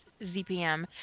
ZPM